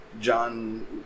john